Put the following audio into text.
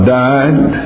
died